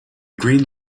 green